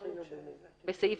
בסעיף